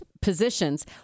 positions